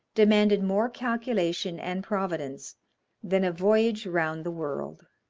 demanded more calculation and providence than a voyage round the world.